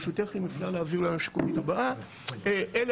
אנחנו מברכים את ההגעה של